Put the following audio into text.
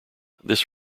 this